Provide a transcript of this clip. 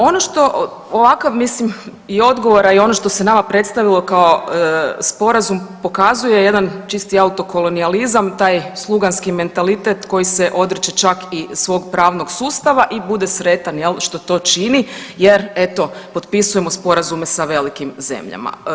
Ono što ovakav, mislim i odgovor, a i ono što se nama predstavilo kao Sporazum, pokazuje jedan čisti autokolonijalizam, taj sluganski mentalitet koji se odriče čak i svog pravnog sustava i bude sretan, je li, što to čini, jer eto, potpisujemo sporazume sa velikim zemljama.